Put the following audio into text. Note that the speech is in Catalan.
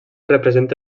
representa